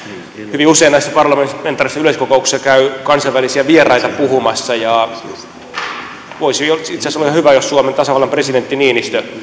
hyvin usein näissä parlamentaarisissa yleiskokouksissa käy kansainvälisiä vieraita puhumassa ja voisi olla itse asiassa hyvä jos suomen tasavallan presidentti niinistö